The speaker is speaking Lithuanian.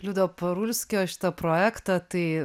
liudo parulskio šitą projektą tai